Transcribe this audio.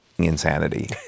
insanity